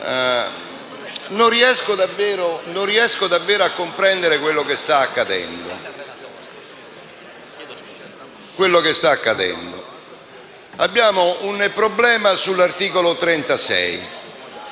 Non riesco davvero a comprendere quello che sta accadendo. Abbiamo un problema sull'articolo 36